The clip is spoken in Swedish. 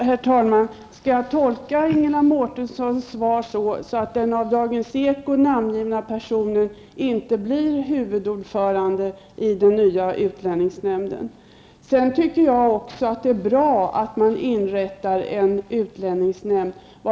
Herr talman! Skall jag tolka Ingela Mårtenssons svar så, att den i Morgonekot namngivna personen inte blir huvudordförande i den nya utlänningsnämnden? Sedan vill jag säga att jag också tycker att det är bra att en utlänningsnämnd inrättas.